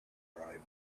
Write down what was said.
arrived